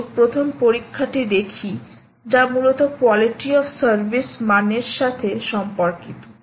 এসো প্রথম পরীক্ষাটি দেখি যা মূলত কোয়ালিটি অফ সার্ভিস মানের সাথে সম্পর্কিত